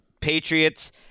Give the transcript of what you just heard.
Patriots—